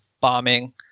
bombing